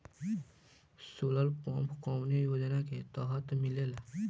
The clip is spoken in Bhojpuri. सोलर पम्प कौने योजना के तहत मिलेला?